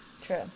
True